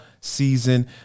season